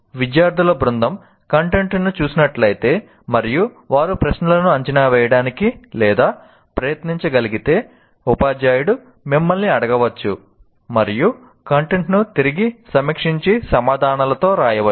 విద్యార్థుల బృందం కంటెంట్ను చూస్తున్నట్లయితే మరియు వారు ప్రశ్నలను అంచనా వేయడానికి ప్రయత్నించగలిగితే ఉపాధ్యాయుడు మిమ్మల్ని అడగవచ్చు మరియు కంటెంట్ను తిరిగి సమీక్షించి సమాధానాలతో రావచ్చు